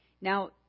Now